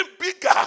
bigger